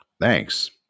Thanks